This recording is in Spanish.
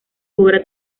obra